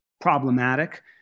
problematic